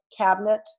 cabinet